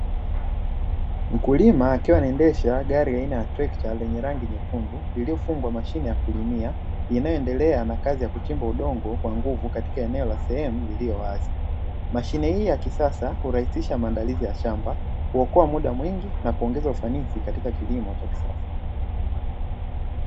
Mkulima akiwa anaendesha gari aina ya trekta lenye rangi nyekundu, iliyofungwa mashine ya kulimia inayoendelea na kazi ya kuchimba udongo kwa nguvu katika eneo la sehemu iliyo wazi. Mashine hii ya kisasa hurahisisha maandalizi ya shamba, huokoa muda mwingi na kuongeza ufanisi katika kilimo cha kisasa.